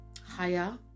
higher